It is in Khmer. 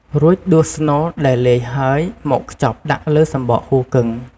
រួចដួសស្នូលដែលលាយហើយ មកខ្ចប់ដាក់លើសំបកហ៊ូគឹង។